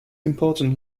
important